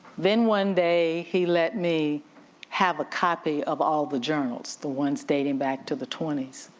then one day he let me have a copy of all the journals, the ones dating back to the twenty s,